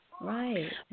right